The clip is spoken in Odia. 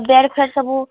ବେଡ୍ ଫେଡ୍ ସବୁ